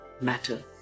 matter